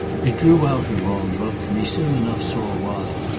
it drew out her long look, and he soon enough saw why.